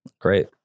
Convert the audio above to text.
Great